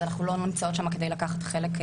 אז אנחנו לא נמצאות שם כדי לקחת חלק,